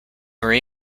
were